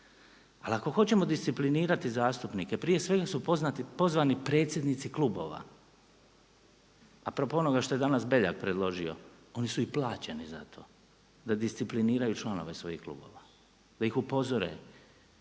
Ali ako hoćemo disciplinirati zastupnike prije svega su pozvani predsjednici klubova, a propo onoga što je danas Beljak predložio oni su i plaćeni za to da discipliniraju članove svojih klubova, da ih upozore